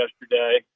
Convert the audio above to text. yesterday